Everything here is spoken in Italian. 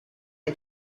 dei